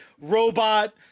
robot